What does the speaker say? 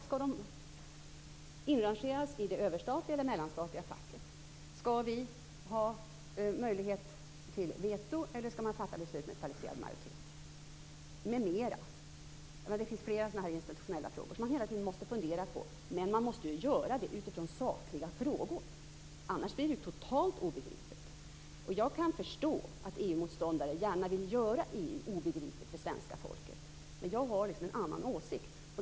Skall de inrangeras i det överstatliga eller i det mellanstatliga facket? Skall vi ha möjlighet till veto eller skall man fatta beslut med kvalificerad majoritet? Det finns också flera andra institutionella frågor som man hela tiden måste fundera på. Men man måste göra det utifrån sakliga frågor. Annars blir det totalt obegripligt. Jag kan förstå att EU-motståndare gärna vill göra EU obegripligt för svenska folket. Men jag har en annan åsikt.